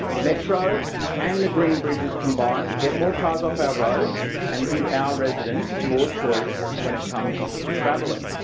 metro and the green bridges combined will get more cars off our road and give our residents more choice when it comes to travelling.